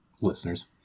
listeners